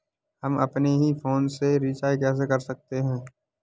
हम अपने ही फोन से रिचार्ज कैसे कर सकते हैं?